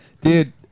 Dude